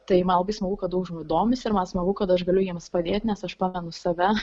tai man labai smagu kad daug žmonių domisi ir man smagu kad aš galiu jiems padėt nes aš pamenu save